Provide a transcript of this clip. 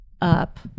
up